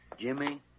Jimmy